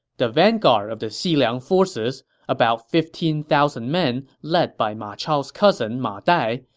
the vanguard of the xiliang forces, about fifteen thousand men led by ma chao's cousin ma dai,